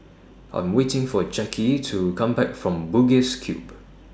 I Am waiting For Jackie to Come Back from Bugis Cube